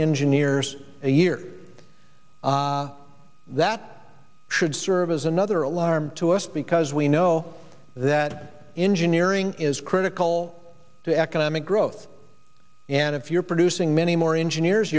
engineers a year that should serve as another alarm to us because we know that engineering is critical to economic growth and if you're producing many more engineers